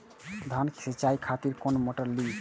धान के सीचाई खातिर कोन मोटर ली?